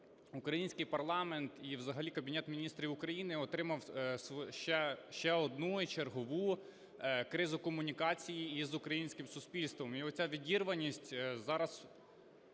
український парламент і взагалі Кабінет Міністрів України отримав ще одну і чергову кризу комунікації із українським суспільством. І оця відірваність зараз